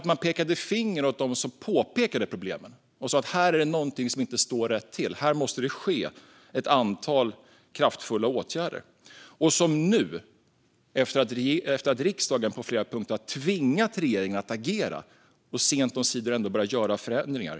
Man pekade finger åt dem som påpekade problemen och som sa att någonting inte stod rätt till och att det måste vidtas ett antal kraftfulla åtgärder. Efter att riksdagen på flera punkter tvingat regeringen att agera har man sent omsider börjat göra förändringar.